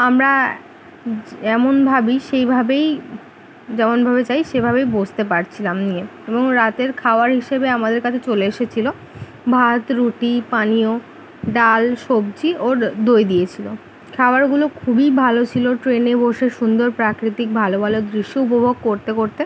আমরা যেমন ভাবি সেইভাবেই যেমনভাবে চাই সেভাবেই বসতে পারছিলাম নিয়ে এবং রাতের খাওয়ার হিসেবে আমাদের কাছে চলে এসেছিলো ভাত রুটি পানীয় ডাল সবজি ওর দই দিয়েছিলো খাবারগুলো খুবই ভালো ছিলো ট্রেনে বসে সুন্দর প্রাকৃতিক ভালো ভালো দৃশ্য উপভোগ করতে করতে